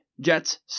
Jets